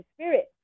spirit